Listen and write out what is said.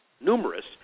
numerous